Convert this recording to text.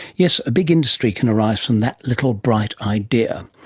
yes, a big industry can arise from that little bright idea.